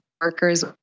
workers